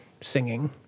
singing